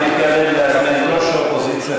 אני מתכבד להזמין את ראש האופוזיציה,